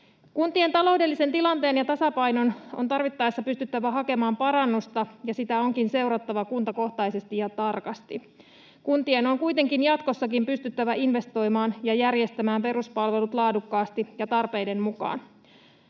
Kuntien taloudelliseen tilanteeseen ja tasapainoon on tarvittaessa pystyttävä hakemaan parannusta, ja sitä onkin seurattava kuntakohtaisesti ja tarkasti. Kuntien on kuitenkin jatkossakin pystyttävä investoimaan ja järjestämään peruspalvelut laadukkaasti ja tarpeiden mukaan.